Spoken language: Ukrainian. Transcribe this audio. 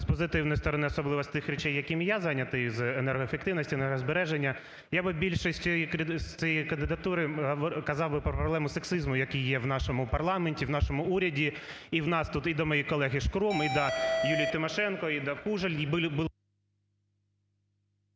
з позитивної сторони, особливо з тих речей, якими я зайнятий з енергоефективності, енергозбереження. Я би більшості з цієї кандидатури вказав би проблему сексизму, які є в нашому парламенті, в нашому уряді і в нас тут, і до моєї колеги Шкрум, і до Юлії Тимошенко, і до Кужель,